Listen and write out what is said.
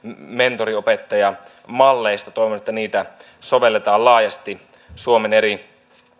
mentoriopettajamalleista toivon että niitä sovelletaan laajasti suomen eri